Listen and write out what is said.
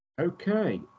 Okay